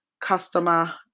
customer